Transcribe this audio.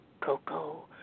Coco